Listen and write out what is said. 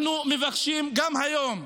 אנחנו מבקשים גם היום,